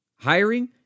Hiring